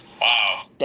Wow